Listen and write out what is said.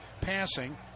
passing